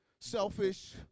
Selfish